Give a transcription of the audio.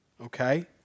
Okay